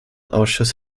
ausschuss